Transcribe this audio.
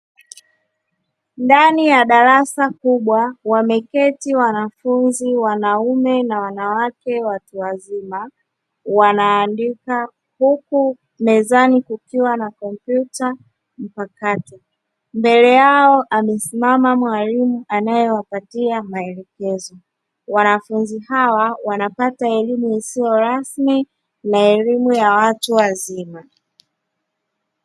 Ndani ya darasa kubwa wameketi wanafunzi, wanaume na wanawake watu wazima wanaandika, huku mezani kukiwa na kompyuta mpakato. Mbele yao amesimama mwalimu anayewapatia maelekezo, wanafunzi hawa wanapata elimu isiyorasmi na elimu ya watu wazima.